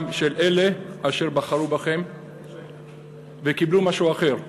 גם של אלה אשר בחרו בכם וקיבלו משהו אחר,